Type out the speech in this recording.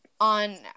on